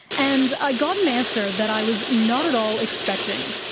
and i got an answer that i was not at all expecting.